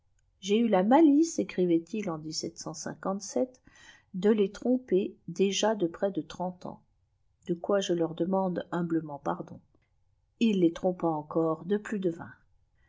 j'ai eu la malice écrivait-il en de les tromper déjà de près de trente ans de quoi je leur demande humblement pardon il les trompa encore de plus de vingt